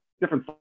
different